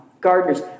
gardeners